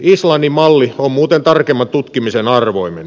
islannin malli on muuten tarkemman tutkimisen arvoinen